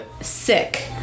sick